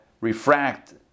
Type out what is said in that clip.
refract